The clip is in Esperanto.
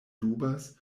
dubas